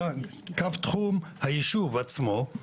אלא קו תחום היישוב עצמו,